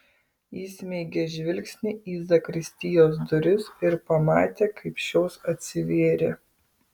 įsmeigė žvilgsnį į zakristijos duris ir pamatė kaip šios atsivėrė